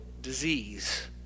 disease